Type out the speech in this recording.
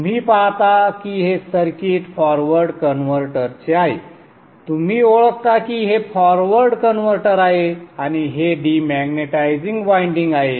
तुम्ही पाहता की हे सर्किट फॉरवर्ड कन्व्हर्टरचे आहे तुम्ही ओळखता की हे फॉरवर्ड कन्व्हर्टर आहे आणि हे डिमॅग्नेटाइजिंग वायंडिंग आहे